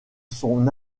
son